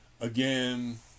again